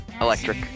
Electric